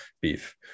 beef